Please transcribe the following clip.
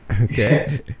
Okay